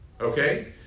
Okay